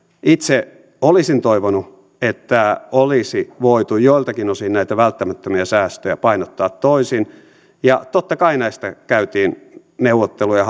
itse olisin toivonut että olisi voitu joiltakin osin näitä välttämättömiä säästöjä painottaa toisin totta kai näistä käytiin neuvotteluja